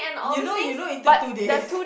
you know you know you took two days